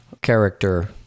character